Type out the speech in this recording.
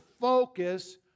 focus